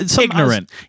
Ignorant